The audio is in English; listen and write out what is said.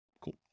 Cool